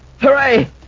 Hooray